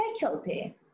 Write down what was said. faculty